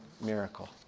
miracle